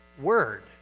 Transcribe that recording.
word